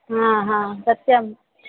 हा हा सत्यं